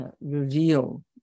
reveal